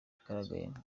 yagaragayemo